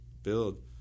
Build